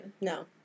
No